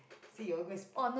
I said you all go and sp~